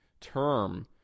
term